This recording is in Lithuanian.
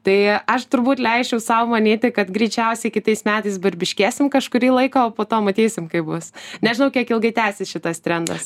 tai aš turbūt leisčiau sau manyti kad greičiausiai kitais metais barbiškėsim kažkurį laiką o po to matysim kaip bus nežinau kiek ilgai tęsis šitas trendas